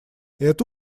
это